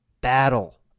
battle